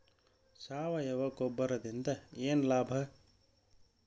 ಸಾವಯವ ಗೊಬ್ಬರದಿಂದ ಏನ್ ಲಾಭ?